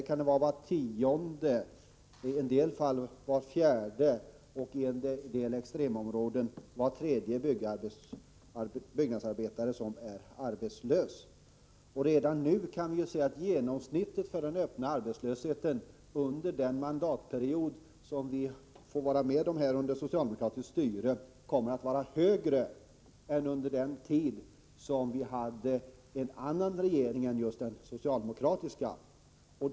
Där kan var tionde, i en del fall var fjärde och i några extremområden var tredje byggnadsarbetare vara arbetslös. Redan nu kan vi se att genomsnittet för den öppna arbetslösheten under den mandatperiod med socialdemokratiskt styre som vi får vara med om kommer att vara högre än under den tid som vi hade en annan regering än den socialdemokratiska.